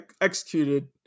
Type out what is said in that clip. executed